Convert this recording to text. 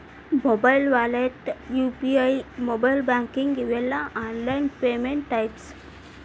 mobile wallet UPI mobile banking ಇವೆಲ್ಲ online payment types